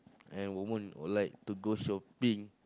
and women all like to go shopping